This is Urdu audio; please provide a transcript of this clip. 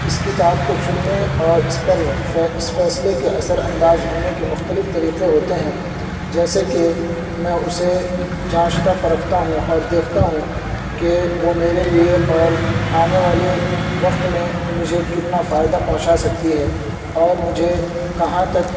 اس کتاب کو چننے اور اس پر اس فیصلے کے اثر انداز ہونے کے مختلف طریقے ہوتے ہیں جیسے کہ میں اسے چانچتا پرکھتا ہوں اور دیکھتا ہوں کہ وہ میرے لیے اور آنے وقت میں مجھے کتنا فائدہ پہنچا سکتی ہے اور مجھے کہاں تک